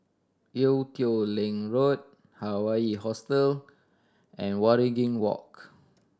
Ee Teow Leng Road Hawaii Hostel and Waringin Walk